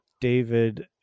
David